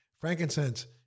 Frankincense